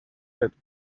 that